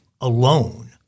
alone